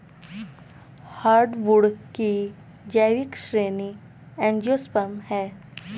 hardwood की जैविक श्रेणी एंजियोस्पर्म है